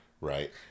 Right